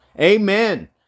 Amen